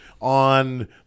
on